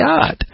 God